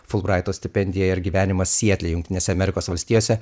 fulbraito stipendija ir gyvenimas sietle jungtinėse amerikos valstijose